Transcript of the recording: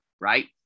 right